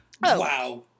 Wow